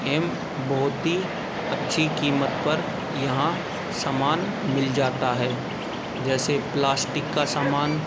बहुत ही अच्छी कीमत पर यहाँ समान मिल जाता है जैसे प्लास्टिक का समान